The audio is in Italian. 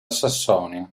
sassonia